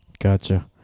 gotcha